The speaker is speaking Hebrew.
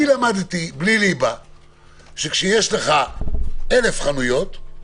אני למדתי שכשיש לך אלף חנויות,